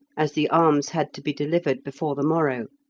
as the arms had to be delivered before the morrow.